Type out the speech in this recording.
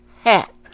hat